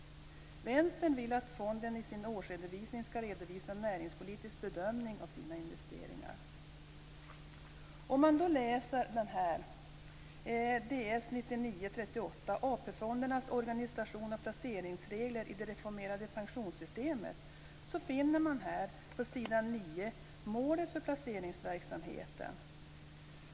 Vänstern vill att fonden i sin årsredovisning ska redovisa en näringspolitisk bedömning av sina investeringar. Om man läser i Ds 1999:38 AP-fondernas organisation och placeringsregler i det reformerade pensionssystemet finner man på s. 9 målet för placeringsverksamheten.